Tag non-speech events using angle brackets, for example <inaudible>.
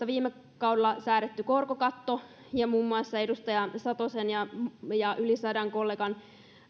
<unintelligible> viime kaudella näissä lainsäädäntötoimissa säädetty korkokatto ja muun muassa edustaja satosen ja ja yli sadan kollegan